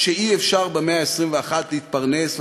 שאי-אפשר במאה ה-21 להתפרנס,